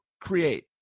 create